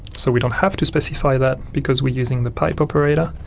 so we don't have to specify that because we're using the pipe operator,